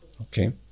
Okay